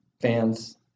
Fans